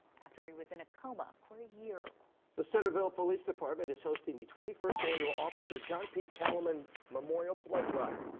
after he was in a coma for a year. john the centerville police department is hosting the twenty first annual officer john p. kalaman memorial blood drive.